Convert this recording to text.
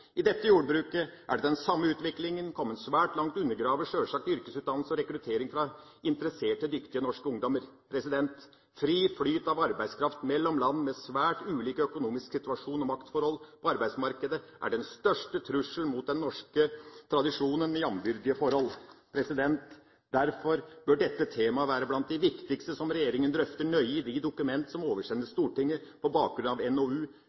I dette jordbruket er den samme utviklinga kommet svært langt og undergraver sjølsagt yrkesutdannelse og rekruttering fra interesserte og dyktige norske ungdommer. Fri flyt av arbeidskraft mellom land med svært ulik økonomisk situasjon og maktforhold på arbeidsmarkedet er den største trusselen mot den norske tradisjonen med jambyrdige forhold. Derfor bør dette temaet være blant de viktigste som regjeringa drøfter nøye i de dokument som oversendes Stortinget på bakgrunn av NOU,